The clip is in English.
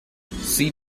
see